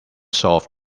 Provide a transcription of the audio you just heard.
soft